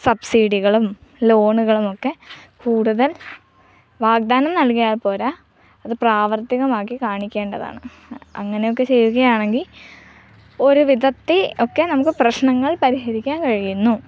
സബ്സിഡികളും ലോണുകളുമൊക്കെ കൂടുതൽ വാഗ്ദാനം നൽകിയാൽ പോരാ അത് പ്രാവർത്തികമാക്കി കാണിക്കേണ്ടതാണ് അങ്ങനെയൊക്കെ ചെയ്യുകയാണെങ്കിൽ ഒരു വിധത്തിൽ ഒക്കെ നമുക്ക് പ്രശ്നങ്ങൾ പരിഹരിക്കാൻ കഴിയുന്നു